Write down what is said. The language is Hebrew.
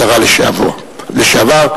השרה לשעבר,